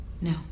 No